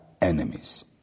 enemies